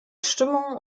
stimmung